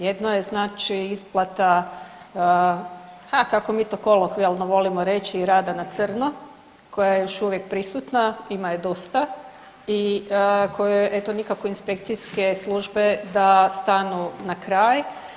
Jedno je znači isplata, ha kako mi to kolokvijalno volimo reći rada na crno koja je još uvijek prisutna, ima je dosta i kojoj eto nikako inspekcijske službe da stanu na kraj.